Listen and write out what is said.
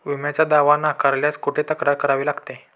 विम्याचा दावा नाकारल्यास कुठे तक्रार करावी लागते?